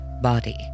body